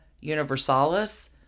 universalis